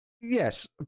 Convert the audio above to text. Yes